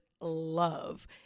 love